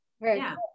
Right